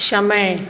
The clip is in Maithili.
समय